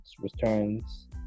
returns